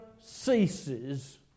ceases